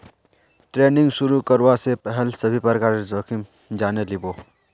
trading शुरू करवा स पहल सभी प्रकारेर जोखिम जाने लिबो